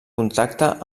contacte